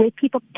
people